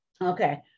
okay